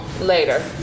later